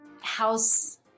house